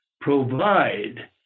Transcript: provide